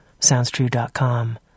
SoundsTrue.com